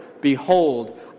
behold